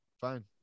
fine